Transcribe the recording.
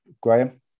Graham